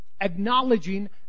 acknowledging